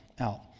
out